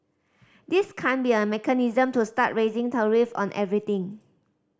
this can't be a mechanism to start raising tariffs on everything